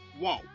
whoa